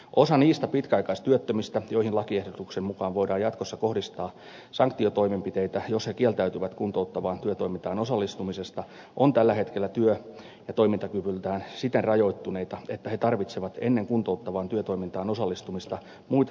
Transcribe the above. osa niistä pitkäaikaistyöttömistä joihin lakiehdotuksen mukaan voidaan jatkossa kohdistaa sanktiotoimenpiteitä jos he kieltäytyvät kuntouttavaan työtoimintaan osallistumisesta on tällä hetkellä työ ja toimintakyvyltään siten rajoittuneita että he tarvitsevat ennen kuntouttavaan työtoimintaan osallistumista muita sosiaali ja terveydenhuollon palveluja